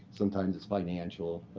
sometimes it's financial,